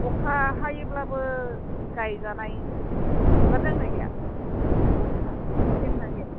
अखा हायोब्लाबो गायजानाय बिबार दोंना गैया गंफा फुलि दंना गैया